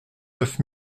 neuf